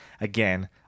again